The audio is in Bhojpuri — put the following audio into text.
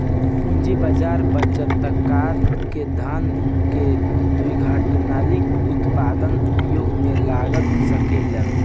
पूंजी बाजार बचतकर्ता के धन के दीर्घकालिक उत्पादक उपयोग में लगा सकेलन